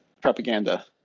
propaganda